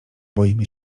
boimy